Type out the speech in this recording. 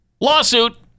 Lawsuit